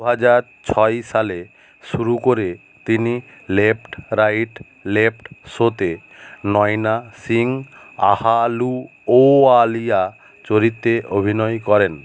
দুই হাজার ছয় সালে শুরু করে তিনি লেফট রাইট লেফট শোতে নয়না সিং আহলুওয়ালিয়া চরিত্রে অভিনয় করেন